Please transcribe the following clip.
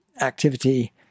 activity